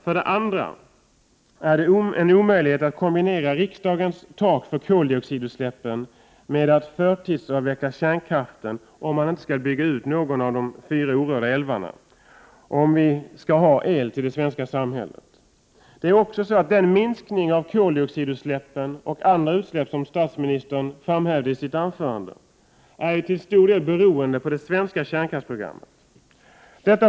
För det andra är det en omöjlighet att kombinera riksdagens tak för koldioxidutsläppen med en förtidsavveckling av kärnkraften, om man inte skall bygga ut någon av de fyra orörda älvarna — dvs. om vi skall ha el till det svenska samhället. Den minskning av koldioxidutsläppen och andra utsläpp som statsministern talade om i sitt anförande är till stor del beroende av det svenska kärnkraftsprogrammet.